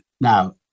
Now